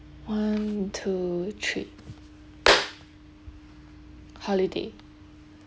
one two three holiday